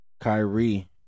Kyrie